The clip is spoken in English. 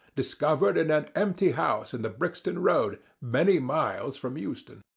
discovered in an empty house in the brixton road, many miles from euston.